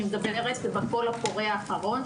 אני מדברת על הקול הקורא האחרון,